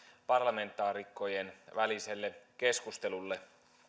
parlamentaarikkojen väliselle keskustelulle